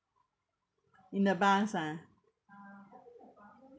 in the bus ah